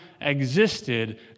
existed